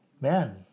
man